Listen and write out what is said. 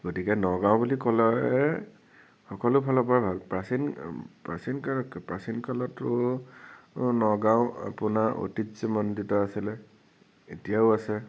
গতিকে নগাওঁ বুলি ক'লে সকলো ফালৰ পৰা ভাল প্ৰাচীন প্ৰাচীন কাল কালতো নগাওঁ আপোনাৰ ঐতিহ্যমণ্ডিত আছিলে এতিয়াও আছে